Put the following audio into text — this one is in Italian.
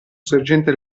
sorgente